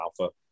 alpha